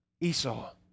Esau